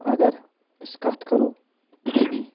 اَگر أسۍ کَتھ کَرَو